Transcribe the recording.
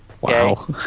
Wow